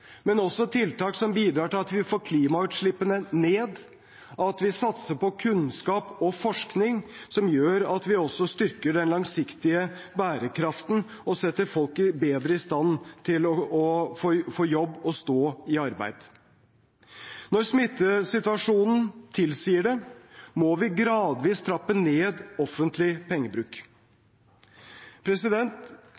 men også tiltak som bidrar til at vi får klimagassutslippene ned, at vi satser på kunnskap og forskning som gjør at vi også styrker den langsiktige bærekraften og setter folk bedre i stand til å få jobb og stå i arbeid. Når smittesituasjonen tilsier det, må vi gradvis trappe ned offentlig pengebruk.